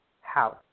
house